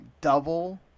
double